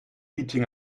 beating